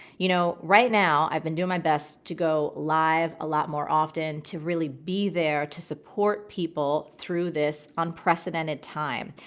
you know, right now i've been doing my best to go live a lot more often, to really be there to support people through this unprecedented time.